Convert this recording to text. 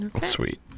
Sweet